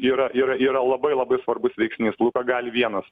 yra yra yra labai labai svarbus veiksnys luka gali vienas